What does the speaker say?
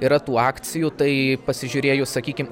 yra tų akcijų tai pasižiūrėjus sakykim